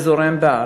וזורם בהר.